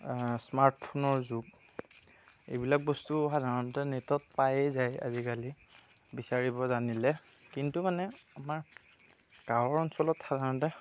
স্মাৰ্টফোনৰ যুগ এইবিলাক বস্তু সাধাৰনতে নেটত পাইয়েই যায় আজিকালি বিচাৰিব জানিলে কিন্তু মানে আমাৰ গাঁৱৰ অঞ্চলত সাধাৰণতে